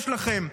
יש לכם.